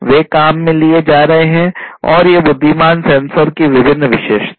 वे काम में लिए जा रहे हैं और ये उन बुद्धिमानों सेंसर की विभिन्न विशेषताएं हैं